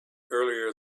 earlier